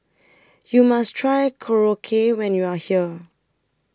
YOU must Try Korokke when YOU Are here